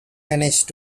managed